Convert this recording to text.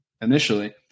initially